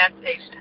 station